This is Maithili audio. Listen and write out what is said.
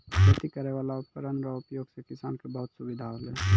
खेती करै वाला उपकरण रो उपयोग से किसान के बहुत सुबिधा होलै